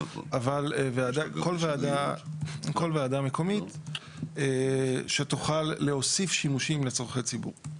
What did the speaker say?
כל ועדה מקומית שתוכל להוסיף שימושים לצורכי ציבור.